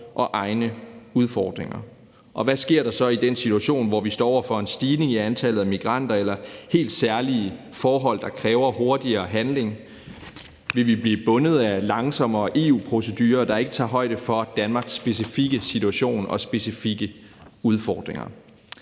og egne udfordringer. Og hvad sker der så i den situation, hvor vi står over for en stigning i antallet af migranter eller helt særlige forhold, der kræver hurtigere handling? Vil vi blive bundet af langsommere EU-procedurer, der ikke tager højde for Danmarks specifikke situation og specifikke udfordringer?